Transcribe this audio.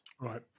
Right